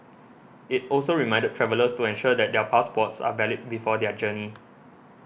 it also reminded travellers to ensure that their passports are valid before their journey